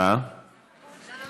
כמה דוברים יש?